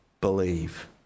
Believe